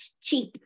cheap